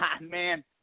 man